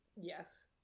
Yes